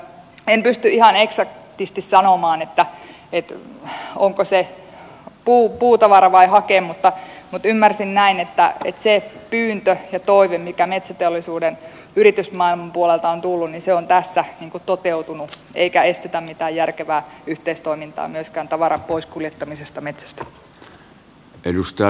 en pysty ihan eksaktisti sanomaan onko se puutavara vai hake mutta ymmärsin näin että se pyyntö ja toive mikä metsäteollisuuden yritysmaailman puolelta on tullut on tässä niin kuin toteutunut eikä estetä mitään järkevää yhteistoimintaa myöskään tavaran poiskuljettamisessa metsästä